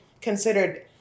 considered